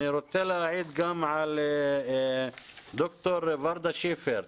אני רוצה להעיד גם על ד"ר ורדה שיפר,